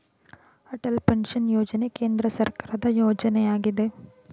Atal pension ಯೋಜನೆ ಕೇಂದ್ರ ಸರ್ಕಾರದ ಯೋಜನೆಯಗಿದೆ